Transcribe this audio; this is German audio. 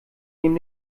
neben